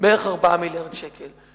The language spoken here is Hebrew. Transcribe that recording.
זה בערך 4 מיליארד שקל.